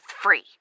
free